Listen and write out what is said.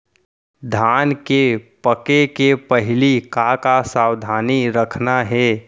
धान के पके के पहिली का का सावधानी रखना हे?